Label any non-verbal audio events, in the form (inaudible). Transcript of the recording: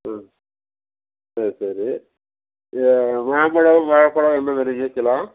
ம் சரி சரி இது மாம்பழம் வாழப்பழம் (unintelligible)